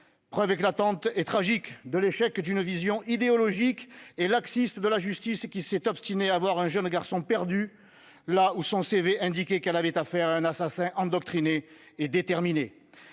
preuve éclatante et tragique de l'échec d'une vision idéologique et laxiste de la justice, qui s'est obstinée à voir un jeune garçon perdu, là où son CV indiquait qu'elle avait affaire à un assassin endoctriné et déterminé.